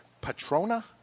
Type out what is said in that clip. Patrona